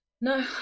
no